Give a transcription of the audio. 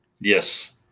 Yes